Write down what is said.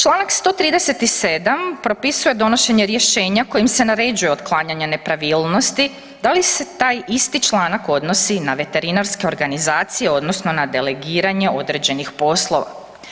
Članak 137 propisuje donošenje rješenja kojim se naređuje otklanjanje nepravilnosti, da li se taj isti članak odnosi na veterinarske organizacije, odnosno na delegiranje određenih poslova.